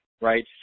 right